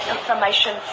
information